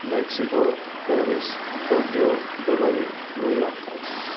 Mexico Paris Tokyo Dubai New York